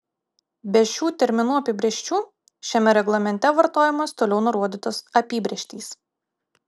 be šių terminų apibrėžčių šiame reglamente vartojamos toliau nurodytos apibrėžtys